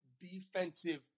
defensive